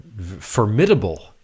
formidable